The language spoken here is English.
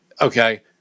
Okay